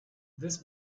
this